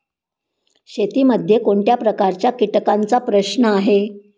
शेतीमध्ये कोणत्या प्रकारच्या कीटकांचा प्रश्न आहे?